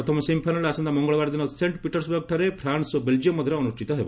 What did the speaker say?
ପ୍ରଥମ ସେମିଫାଇନାଲ୍ ଆସନ୍ତା ମଙ୍ଗଳବାର ଦିନ ସେଣ୍ଟ ପିଟର୍ସବର୍ଗଠାରେ ଫ୍ରାନ୍ସ ଓ ବେଲ୍ଜିୟମ୍ ମଧ୍ୟରେ ଅନୁଷ୍ଠିତ ହେବ